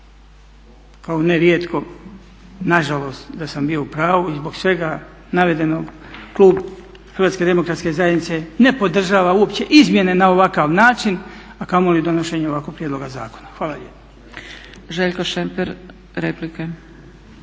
kao ne rijetko, nažalost da sam bio u pravu i zbog svega navedenog klub Hrvatske demokratske zajednice ne podržava uopće izmjene na ovakav način a kamoli donošenje ovakvog prijedloga zakona. Hvala lijepa. **Zgrebec, Dragica